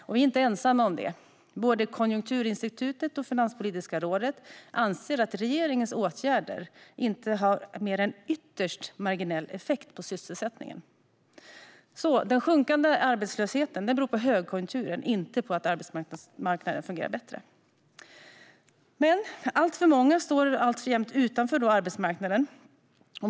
Och vi är inte ensamma om det - både Konjunkturinstitutet och Finanspolitiska rådet anser att regeringens åtgärder inte har mer än en ytterst marginell effekt på sysselsättningen. Den sjunkande arbetslösheten beror på högkonjunkturen och inte på att arbetsmarknaden fungerar bättre. Alltför många står alltjämt utanför arbetsmarknaden.